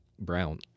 brown